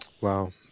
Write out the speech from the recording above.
Wow